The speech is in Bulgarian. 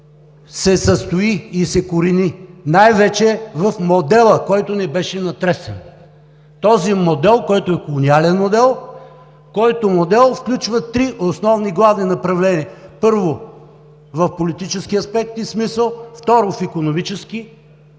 се състои и се корени най вече в модела, който не беше натресен, този модел, който е колониален модел, който модел включва три основни главни направления: първо, в политически аспект и смисъл; второ, в икономически